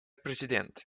präsident